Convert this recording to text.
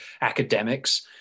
academics